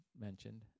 mentioned